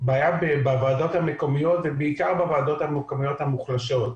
היא בוועדות המקומיות ובעיקר בוועדות המקומיות המוחלשות.